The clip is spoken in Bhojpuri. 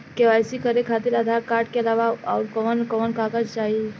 के.वाइ.सी करे खातिर आधार कार्ड के अलावा आउरकवन कवन कागज चाहीं?